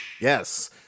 Yes